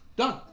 done